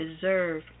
deserve